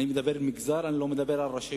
אני מדבר על המגזר, אני לא מדבר על הרשויות,